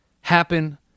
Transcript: happen